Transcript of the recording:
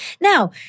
Now